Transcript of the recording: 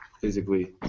physically